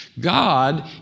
God